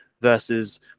versus